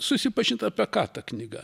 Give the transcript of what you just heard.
susipažint apie ką ta knyga